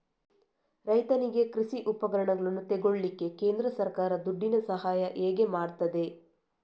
ರೈತನಿಗೆ ಕೃಷಿ ಉಪಕರಣಗಳನ್ನು ತೆಗೊಳ್ಳಿಕ್ಕೆ ಕೇಂದ್ರ ಸರ್ಕಾರ ದುಡ್ಡಿನ ಸಹಾಯ ಹೇಗೆ ಮಾಡ್ತದೆ?